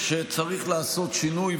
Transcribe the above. שצריך לעשות שינוי.